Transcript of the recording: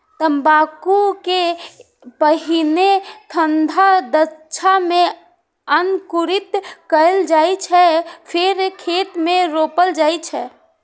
तंबाकू कें पहिने ठंढा ढांचा मे अंकुरित कैल जाइ छै, फेर खेत मे रोपल जाइ छै